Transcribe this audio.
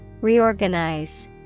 Reorganize